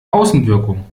außenwirkung